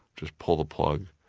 just pull the plug.